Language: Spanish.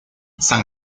san